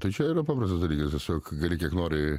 tai čia yra paprastas dalykas tiesiog gali kiek nori